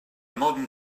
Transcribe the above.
modern